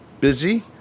busy